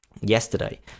yesterday